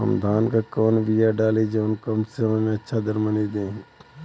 हम धान क कवन बिया डाली जवन कम समय में अच्छा दरमनी दे?